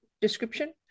description